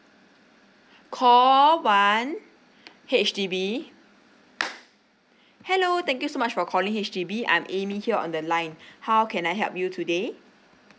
call one H_D_B hello thank you so much for calling H_D_B I'm amy here on the line how can I help you today